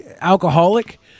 alcoholic